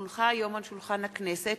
כי הונחה היום על שולחן הכנסת,